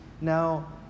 Now